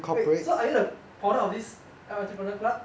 wait so are you the founder of this entrepreneur club